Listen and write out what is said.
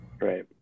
Right